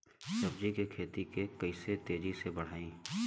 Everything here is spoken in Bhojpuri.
सब्जी के खेती के कइसे तेजी से बढ़ाई?